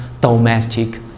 domestic